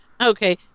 okay